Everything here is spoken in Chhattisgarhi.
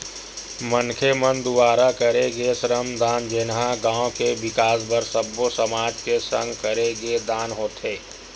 मनखे मन दुवारा करे गे श्रम दान जेनहा गाँव के बिकास बर सब्बो समाज के संग करे गे दान होथे